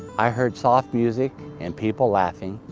i heard soft music and people laughing.